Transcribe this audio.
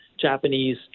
Japanese